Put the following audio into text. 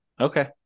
Okay